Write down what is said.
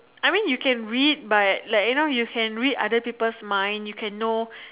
I mean you can read but like you know you can read other people's mind you can know